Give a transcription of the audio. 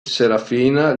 serafina